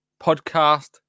podcast